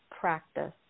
practice